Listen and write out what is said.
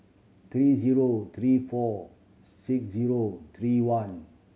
three zero three four six zero three one